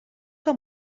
que